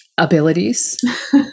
abilities